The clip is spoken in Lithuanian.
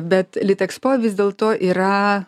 bet litexpo vis dėlto yra